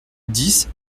dix